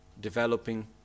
developing